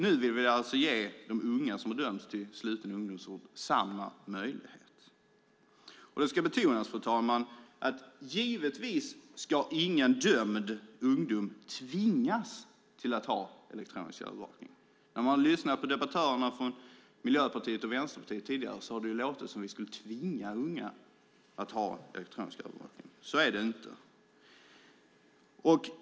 Nu vill vi alltså ge de unga som har dömts till sluten ungdomsvård samma möjlighet. Det ska, fru talman, betonas att ingen dömd ungdom ska tvingas till elektronisk övervakning. På debattörerna från Miljöpartiet och Vänsterpartiet tidigare har det låtit som att vi skulle tvinga unga att ha elektronisk övervakning. Så är det inte.